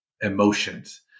emotions